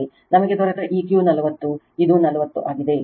ನಮಗೆ ದೊರೆತ ಈ Q 40 ಇದು 40 ಆಗಿದೆ